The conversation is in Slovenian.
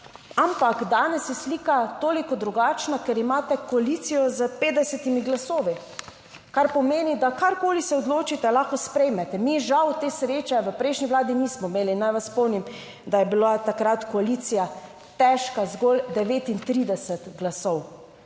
ampak danes je slika toliko drugačna, ker imate koalicijo s 50 glasovi, kar pomeni, da karkoli se odločite, lahko sprejmete. Mi žal te sreče v prejšnji vladi nismo imeli. Naj vas spomnim, da je bila takrat koalicija težka zgolj 39 glasov.